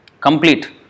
complete